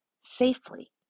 safely